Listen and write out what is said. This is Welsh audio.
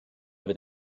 fydd